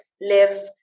live